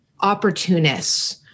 opportunists